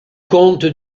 comte